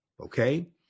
okay